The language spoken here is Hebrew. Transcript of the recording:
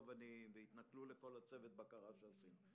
אבנים והתנכלו לכל צוות הבקרה שעשינו.